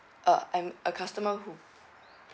uh I'm a customer who